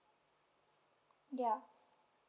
ya